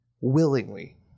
willingly